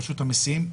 רשות המיסים,